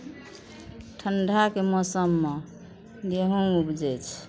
ठण्डाके मौसममे गेहूँ उपजय छै